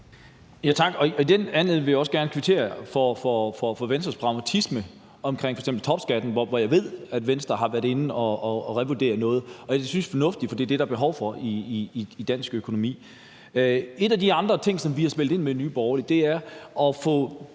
(NB): Tak. I den anledning vil jeg også gerne kvittere for Venstres pragmatisme omkring f.eks. topskatten, hvor jeg ved at Venstre har været inde at revurdere noget, og det synes jeg er fornuftigt, fordi det er det, der er behov for i dansk økonomi. En af de andre ting, som Nye Borgerlige har spillet ind med, er, at vi får